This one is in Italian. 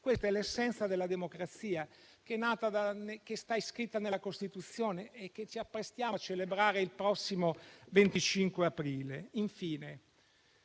Questa è l'essenza della democrazia, che sta inscritta nella Costituzione e che ci apprestiamo a celebrare il prossimo 25 aprile.